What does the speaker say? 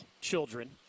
children